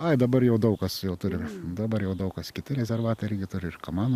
ai dabar jau daug kas jau turi dabar jau daug kas kiti rezervatai irgi turi ir kamanų